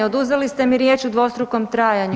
Oduzeli ste mi riječ u dvostrukom trajanju.